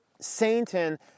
Satan